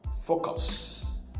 focus